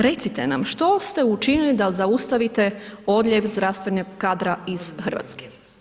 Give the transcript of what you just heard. Recite nam što se učinili da zaustavite odljev zdravstvenog kadra iz Hrvatske?